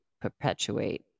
Perpetuate